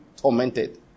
tormented